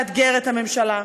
לאתגר את הממשלה.